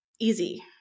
easy